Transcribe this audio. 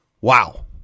wow